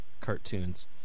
cartoons